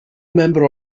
member